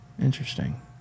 interesting